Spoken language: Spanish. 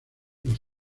los